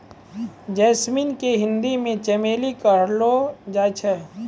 jasmine के हिंदी मे चमेली कहलो जाय छै